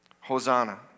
Hosanna